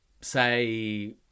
say